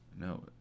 No